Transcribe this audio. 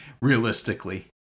Realistically